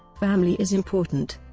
family is important.